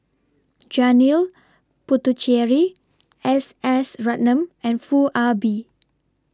Janil Puthucheary S S Ratnam and Foo Ah Bee